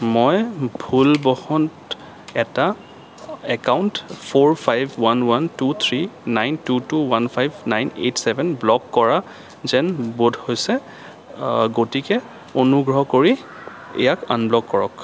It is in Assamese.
মই ভুলবশত এটা account four five one one two three nine two two one five nine eight seven block কৰা যেন বোধ হৈছে গতিকে অনুগ্ৰহ কৰি ইয়াক আন ব্লক কৰক